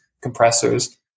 compressors